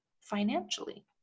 financially